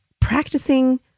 practicing